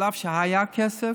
אף שהיה כסף,